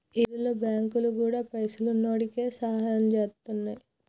ఈ రోజుల్ల బాంకులు గూడా పైసున్నోడికే సాయం జేత్తున్నయ్